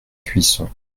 cuisson